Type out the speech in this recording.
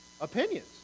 Opinions